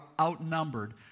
outnumbered